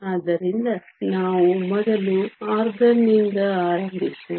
ಆದ್ದರಿಂದ ನಾವು ಮೊದಲು ಆರ್ಗಾನ್ ನಿಂದ ಆರಂಭಿಸೋಣ